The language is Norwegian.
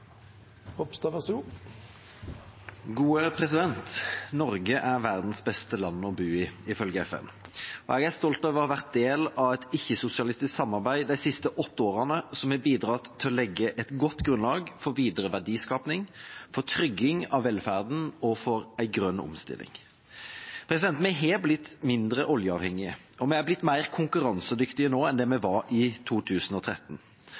stolt av å ha vært del av et ikke-sosialistisk samarbeid de siste åtte årene som har bidratt til å legge et godt grunnlag for videre verdiskaping, for trygging av velferden og for en grønn omstilling. Vi har blitt mindre oljeavhengige, og vi har blitt mer konkurransedyktige nå enn vi var i 2013,